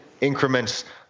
increments